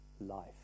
life